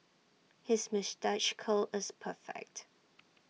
his moustache curl is perfect